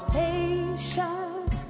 patient